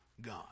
God